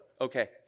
Okay